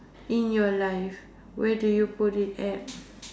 in your life where do you put it at